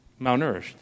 malnourished